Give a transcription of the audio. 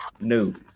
news